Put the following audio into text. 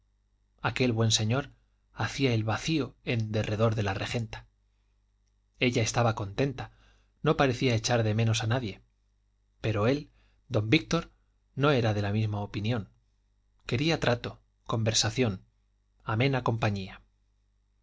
aquel buen señor hacía el vacío en derredor de la regenta ella estaba contenta no parecía echar de menos a nadie pero él don víctor no era de la misma opinión quería trato conversación amena compañía